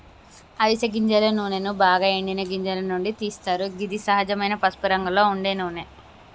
అవిస గింజల నూనెను బాగ ఎండిన గింజల నుండి తీస్తరు గిది సహజమైన పసుపురంగులో ఉండే నూనె